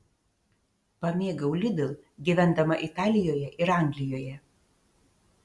pamėgau lidl gyvendama italijoje ir anglijoje